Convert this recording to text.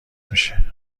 میشه